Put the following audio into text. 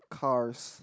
cars